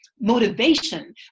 motivation